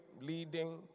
leading